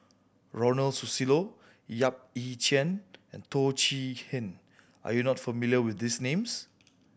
Ronald Susilo Yap Ee Chian and Teo Chee Hean are you not familiar with these names